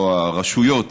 או הרשויות,